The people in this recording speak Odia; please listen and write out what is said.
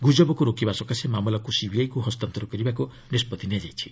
ଗୁଜବକୁ ରୋକିବା ସକାଶେ ମାମଲାକୁ ସିବିଆଇକୁ ହସ୍ତାନ୍ତର କରିବାକୁ ନିଷ୍ପଭି ନିଆଯାଇଛି